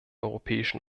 europäischen